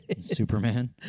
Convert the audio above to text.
Superman